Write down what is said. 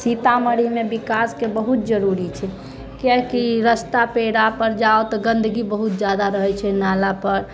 सीतामाढ़ीमे विकासके बहुत जरुरी छै किआकि रस्ता पेरा पर जाउ तऽ गन्दगी बहुत जादा रहैत छै नाला पर